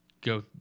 go